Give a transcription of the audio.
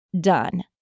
done